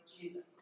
Jesus